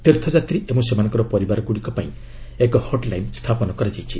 ତୀର୍ଥଯାତ୍ରୀ ଓ ସେମାନଙ୍କ ପରିବାରଗୁଡ଼ିକ ପାଇଁ ଏକ ହଟ୍ଲାଇନ୍ ସ୍ଥାପନ କରାଯାଇଛି